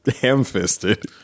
ham-fisted